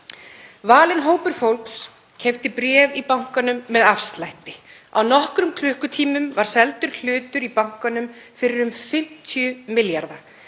Valinn hópur fólks keypti bréf í bankanum með afslætti. Á nokkrum klukkutímum var seldur hlutur í bankanum fyrir um 50 milljarða.